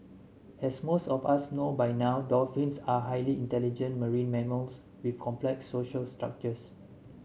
as most of us know by now dolphins are highly intelligent marine mammals with complex social structures